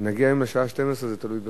אם נגיע לשעה 24:00 זה תלוי בך.